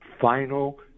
final